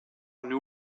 new